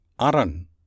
Aran